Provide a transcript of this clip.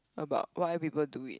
how about what other people do it